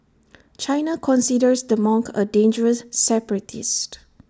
China considers the monk A dangerous separatist